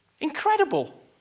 incredible